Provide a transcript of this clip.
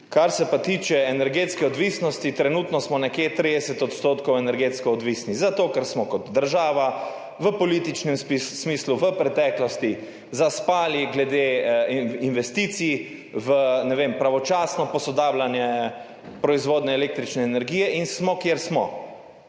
Kar pa se tiče energetske odvisnosti, trenutno smo nekje 30-odstotno energetsko odvisni, zato, ker smo kot država v političnem smislu v preteklosti zaspali glede investicij v pravočasno posodabljanje proizvodnje električne energije in smo, kjer smo.